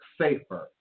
safer